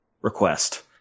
request